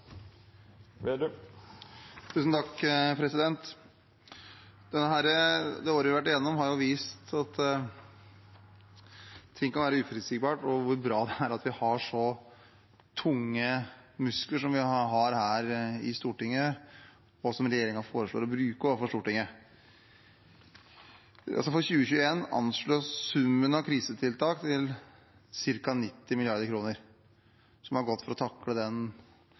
Det året vi har vært igjennom, har vist at ting kan være uforutsigbare, og hvor bra det er at vi har så sterke muskler som vi har her i Stortinget, og som regjeringen foreslår for Stortinget å bruke. For 2021 anslås summen av krisetiltak å være ca. 90 mrd. kr, som har gått til å takle den